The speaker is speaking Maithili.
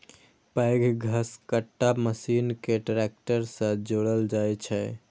पैघ घसकट्टा मशीन कें ट्रैक्टर सं जोड़ल जाइ छै